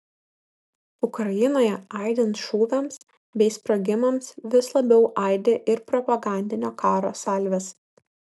ukrainoje aidint šūviams bei sprogimams vis labiau aidi ir propagandinio karo salvės